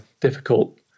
difficult